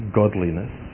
godliness